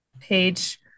page